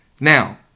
Now